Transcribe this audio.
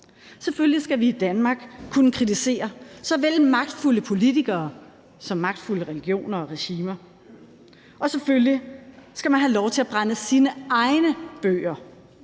Selvfølgelig skal vi i Danmark kunne kritisere såvel magtfulde politikere som magtfulde religioner og regimer, og selvfølgelig skal man have lov til at brænde sine egne bøger,